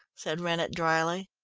said rennett dryly.